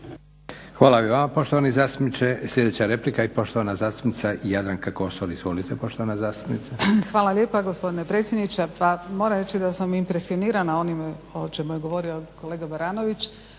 Hvala i vama poštovani zastupniče. Sljedeća replika i poštovana zastupnica Jadranka Kosor. Izvolite poštovana zastupnice. **Kosor, Jadranka (HDZ)** Hvala lijepa gospodine predsjedniče. Pa moram reći da sam impresionirana onim o čemu je govorio kolega Baranović,